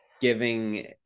giving